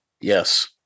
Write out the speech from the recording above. Yes